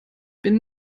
bin